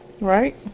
Right